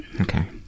Okay